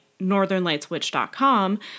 northernlightswitch.com